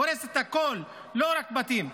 הורס את הכול: לא רק בתים,